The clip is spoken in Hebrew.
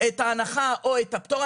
את ההנחה או את הפטור.